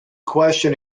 question